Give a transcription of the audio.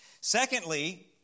Secondly